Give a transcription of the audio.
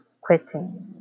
quitting